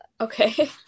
Okay